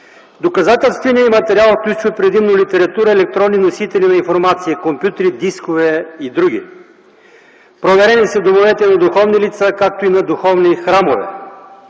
Доказателственият материал включва предимно литература, електронни носители на информация, предимно компютри, дискове и др. Проверени са домовете на духовни лица, както и на духовни храмове.